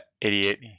idiot